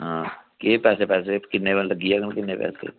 हां एह् पैसे किन्ने सारे लग्गी जा किन्ने पैसे